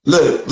Look